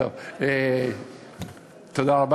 תודה רבה.